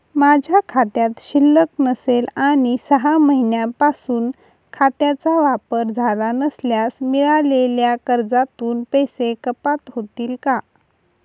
माझ्या खात्यात शिल्लक नसेल आणि सहा महिन्यांपासून खात्याचा वापर झाला नसल्यास मिळालेल्या कर्जातून पैसे कपात होतील का?